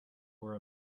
were